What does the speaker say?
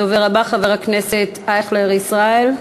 הדובר הבא, חבר הכנסת אייכלר ישראל,